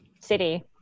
City